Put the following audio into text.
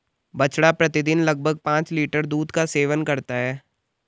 बछड़ा प्रतिदिन लगभग पांच लीटर दूध का सेवन करता है